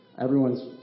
everyone's